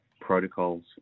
protocols